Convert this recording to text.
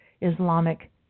Islamic